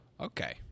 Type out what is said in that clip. Okay